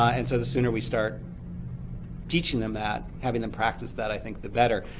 ah and so the sooner we start teaching them that, having them practice that, i think, the better.